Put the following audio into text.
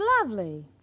lovely